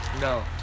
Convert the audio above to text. No